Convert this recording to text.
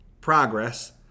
progress